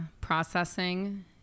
processing